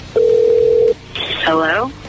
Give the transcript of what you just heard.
Hello